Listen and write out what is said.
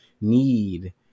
need